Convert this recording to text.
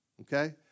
okay